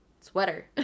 sweater